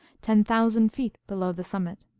ten thousand feet below the summit.